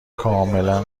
کاملا